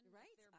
Right